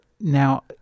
Now